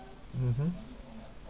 mmhmm